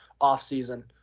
offseason